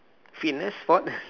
fitness sport